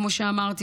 כמו שאמרתי,